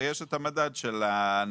ויש את המדד של הניידות,